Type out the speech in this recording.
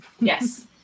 Yes